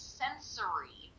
sensory